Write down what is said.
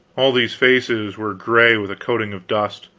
all these faces were gray with a coating of dust.